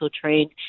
trained